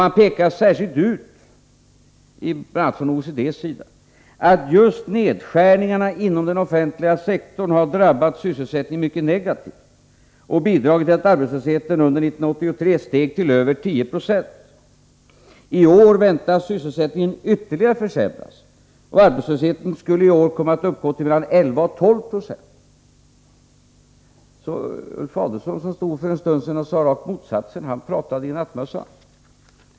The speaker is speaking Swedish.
Man pekar — bl.a. från OECD:s sida — särskilt ut att just nedskärningarna inom den offentliga sektorn har drabbat sysselsättningen mycket negativt och bidragit till att arbetslösheten under 1983 steg till över 10 20. I år väntas sysselsättningen ytterligare försämras; arbetslösheten skulle i år komma att uppgå till mellan 11 och 1296. Ulf Adelsohn, som för en stund sedan sade motsatsen, pratade i nattmössan.